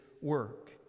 work